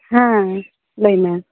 ᱦᱮᱸ ᱞᱟᱹᱭ ᱢᱮ